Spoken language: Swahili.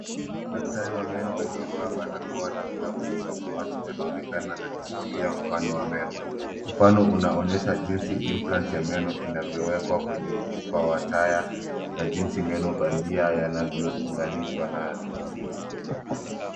Daktari wa meno aliyevaa barakoa na glavu za samawati anaonekana akishikilia mfano wa meno. Mfano unaonyesha jinsi implant ya meno inavyowekwa kwenye mfupa wa tyre na jinsi meno bandia yanavyounganishwa nayo.